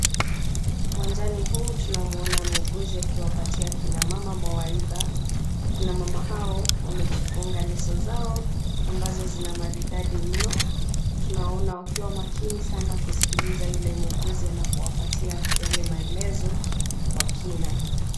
Uwanjani humu tunamuona muuguzi akiwapatia kina mama mawaidha. Kina mama hao wamejifunga leso zao ambazo zina maridadi mno. Tunawaona wakiwa makini sana kusikiliza yule muuguzi anapowapatia yale maelezo kwa kina.